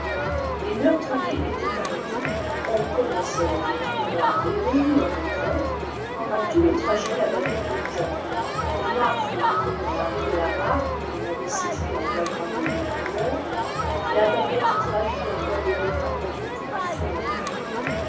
les meurtriers étaient arrêtés on connaissait leur itinéraire dans les rues leur retraite pendant tout le trajet la baguette ne bougea point aymar fut mené dans la rue de la harpe où l'on avait saisi en flagrant délit un voleur la baguette trahît encore le devin contre toute son attente